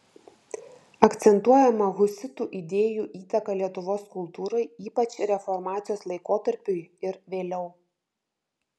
akcentuojama husitų idėjų įtaka lietuvos kultūrai ypač reformacijos laikotarpiui ir vėliau